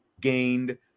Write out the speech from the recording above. gained